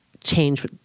change